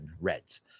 Reds